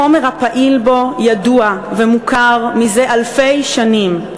החומר הפעיל בו ידוע ומוכר זה אלפי שנים.